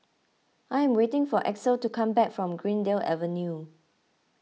I am waiting for Axel to come back from Greendale Avenue